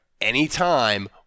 anytime